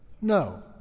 No